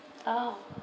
uh